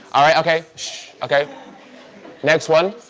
all right. okay okay next one